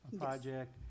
project